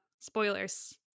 Spoilers